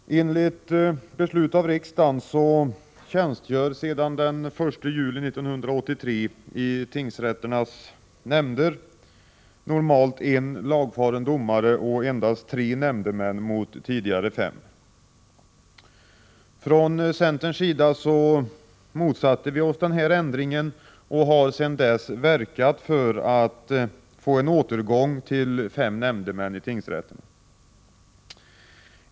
Herr talman! Enligt beslut av riksdagen tjänstgör sedan den 1 juli 1983 i tingsrätternas nämnder normalt en lagfaren domare och endast tre nämndemän, mot tidigare fem. Från centerns sida motsatte vi oss denna ändring och har sedan dess verkat för att få en återgång till fem nämndemän i tingsrätten.